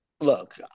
look